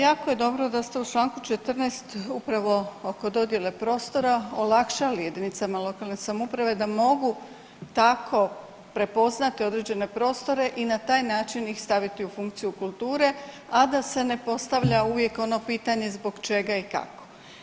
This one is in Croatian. Jako je dobro da ste u Članku 14. upravo oko dodjele prostora olakšali jedinicama lokalne samouprave da mogu tako prepoznati određene prostore i na taj način ih staviti u funkciju kulture, a da se ne postavlja uvijek ono pitanje zbog čega i kako.